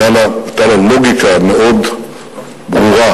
היתה לה לוגיקה מאוד ברורה,